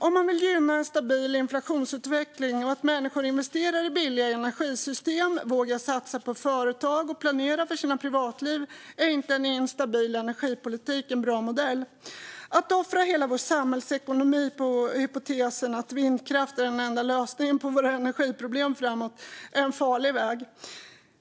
Om man vill gynna en stabil inflationsutveckling, om man vill att människor investerar i billiga energisystem och vågar satsa på företag och planera för sina privatliv, är inte en instabil energipolitik en bra modell. Att offra hela vår samhällsekonomi på hypotesen att vindkraft är den enda lösningen på våra energiproblem framåt är en farlig väg.